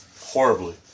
Horribly